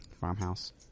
farmhouse